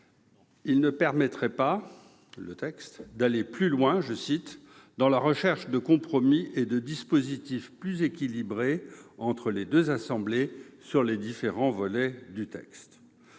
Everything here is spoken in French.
ne permettrait pas « d'aller plus loin dans la recherche de compromis et de dispositifs plus équilibrés entre les deux assemblées sur les différents volets du texte